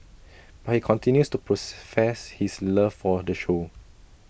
but he continues to pros fess his love for the show